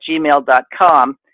gmail.com